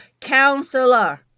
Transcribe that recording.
counselor